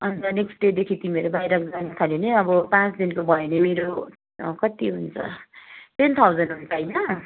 अन्त नेक्स्ट डेदेखि तिमीहरू बाहिर जानु थाल्यो भने अब पाँच दिनको भयो भने मेरो कति हुन्छ टेन थाउजन हुन्छ होइन